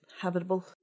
habitable